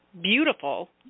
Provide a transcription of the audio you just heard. beautiful